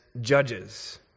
judges